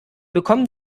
bekommen